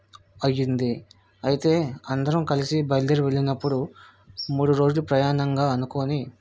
అయ్యింది అయితే అందరం కలిసి బయలుదేరి వెళ్ళినప్పుడు మూడు రోజులు ప్రయాణంగా అనుకోని